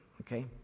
okay